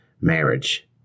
marriage